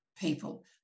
people